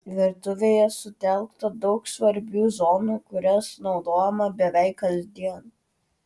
virtuvėje sutelkta daug svarbių zonų kurias naudojame beveik kasdien